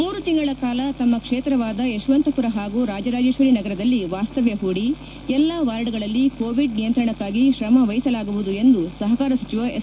ಮೂರು ತಿಂಗಳ ಕಾಲ ತಮ್ಮ ಕ್ಷೇತ್ರವಾದ ಯಶವಂತಪುರ ಹಾಗೂ ರಾಜರಾಜೇಶ್ವರಿ ನಗರದಲ್ಲಿ ವಾಸ್ತವ್ಯ ಹೂಡಿ ಎಲ್ಲ ವಾರ್ಡ್ಗಳಲ್ಲಿ ಕೋವಿಡ್ ನಿಯಂತ್ರಣಕ್ನಾಗಿ ಶ್ರಮವಹಿಸಲಾಗುವುದು ಎಂದು ಸಹಕಾರ ಸಚಿವ ಎಸ್